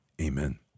amen